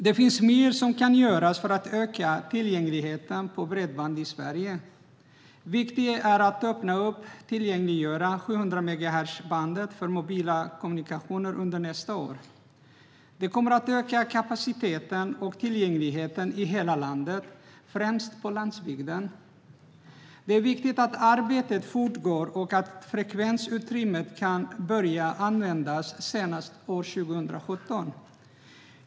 Det finns mer som kan göras för att öka tillgängligheten till bredband i Sverige. Viktigt är att öppna upp och tillgängliggöra 700megahertzbandet för mobil kommunikation under nästa år. Det kommer att öka kapaciteten och tillgängligheten i hela landet, främst på landsbygden. Det är viktigt att arbetet fortgår och att frekvensutrymmet kan börja användas senast 2017.